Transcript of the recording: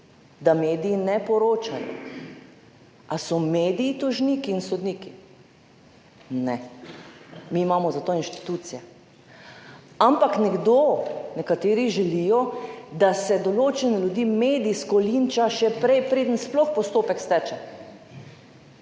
da mediji ne poročajo ali so mediji tožniki in sodniki. Ne, mi imamo za to inštitucije, ampak nekdo, nekateri želijo, da se določene ljudi medijsko linča še prej, preden sploh postopek steče